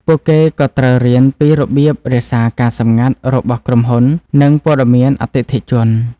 ពួកគេក៏ត្រូវរៀនពីរបៀបរក្សាការសម្ងាត់របស់ក្រុមហ៊ុននិងព័ត៌មានអតិថិជន។